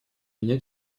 меня